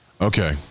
Okay